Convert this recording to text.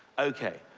ok,